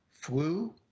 flu